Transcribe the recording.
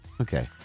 Okay